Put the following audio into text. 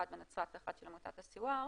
אחד בנצרת ואחד של עמותת אלסואר,